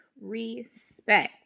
respect